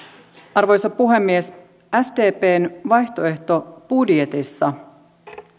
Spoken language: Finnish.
arvoisa puhemies sdpn vaihtoehtobudjetissa